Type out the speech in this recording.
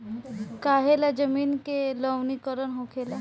काहें ला जमीन के लवणीकरण होखेला